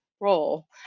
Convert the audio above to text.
role